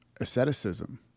asceticism